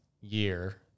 year